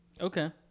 Okay